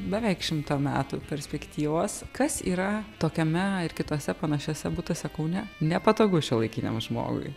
beveik šimto metų perspektyvos kas yra tokiame ir kituose panašiuose butuose kaune nepatogu šiuolaikiniam žmogui